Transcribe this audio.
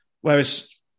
whereas